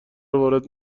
وارد